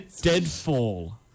Deadfall